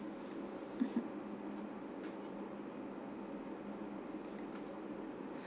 mmhmm